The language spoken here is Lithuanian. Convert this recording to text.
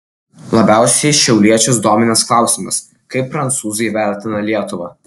labiausiai šiauliečius dominęs klausimas kaip prancūzai vertina lietuvą